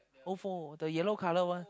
Ofo the yellow colour one